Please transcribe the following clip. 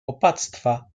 opactwa